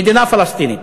מדינה פלסטינית.